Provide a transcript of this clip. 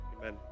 Amen